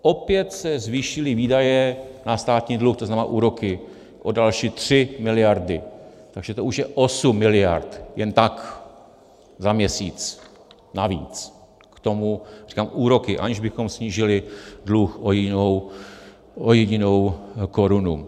Opět se zvýšily výdaje na státní dluh, to znamená úroky, o další 3 mld., takže to už je 8 mld., jen tak, za měsíc; navíc k tomu, říkám, úroky, aniž bychom snížili dluh o jedinou korunu.